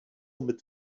mit